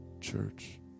Church